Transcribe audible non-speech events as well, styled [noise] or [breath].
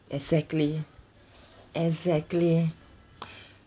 exactly exactly [breath]